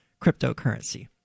cryptocurrency